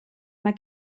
mae